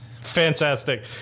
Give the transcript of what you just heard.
Fantastic